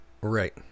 Right